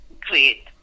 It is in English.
Great